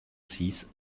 six